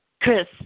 Chris